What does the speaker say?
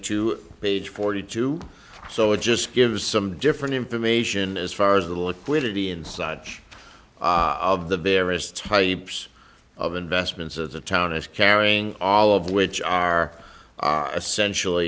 to page forty two so it just gives some different information as far as the liquidity inside of the various types of investments as a town is carrying all of which are essential